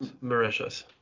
Mauritius